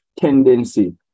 tendency